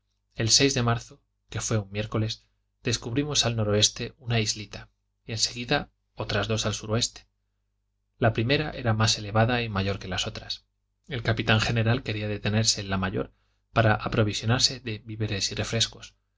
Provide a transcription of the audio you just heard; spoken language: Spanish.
el de marzo que fué un miércoles descubrimos al noroeste una islita y en seguida otras dos al suroeste la primera era más elevada y mayor que las otras el capitán general quería detenerse en la mayor para aprovisionarse de víveres y refrescos